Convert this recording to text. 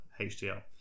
HDL